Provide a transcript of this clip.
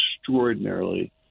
extraordinarily